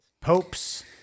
popes